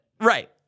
Right